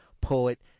poet